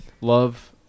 love